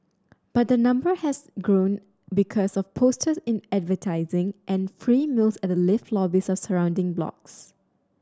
but the number has grown because of poster in advertising and free meals at the lift lobbies of surrounding blocks